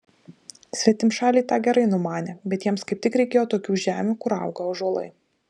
svetimšaliai tą gerai numanė bet jiems kaip tik reikėjo tokių žemių kur auga ąžuolai